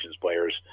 players